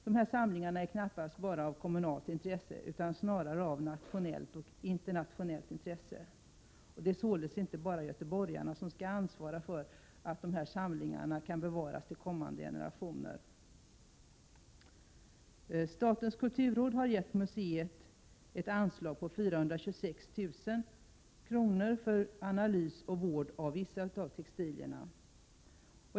Dessa samlingar är knappast bara av kommunalt intresse, utan snarare av nationellt och internationellt intresse. Det är således inte bara göteborgarna som skall ansvara för att dessa samlingar kan bevaras till kommande generationer. Statens kulturråd har gett museet ett anslag på 426 000 kr. för analys och vård av vissa textilier.